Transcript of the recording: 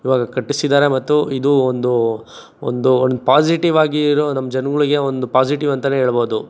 ಇವಾಗ ಕಟ್ಟಿಸಿದ್ದಾರೆ ಮತ್ತು ಇದು ಒಂದು ಒಂದು ಒಂದು ಪಾಸಿಟಿವ್ ಆಗಿರೋ ನಮ್ಮ ಜನಗಳಿಗೆ ಒಂದು ಪಾಸಿಟಿವ್ ಅಂತಲೇ ಹೇಳ್ಬೋದು